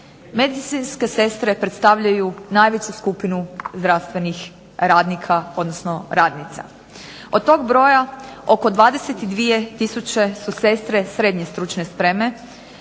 Medicinske sestre predstavljaju najveću skupinu zdravstvenih radnika, odnosno radnica. Od tog broja oko 22 tisuće su sestre srednje stručne spreme,